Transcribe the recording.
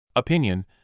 Opinion